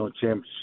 championship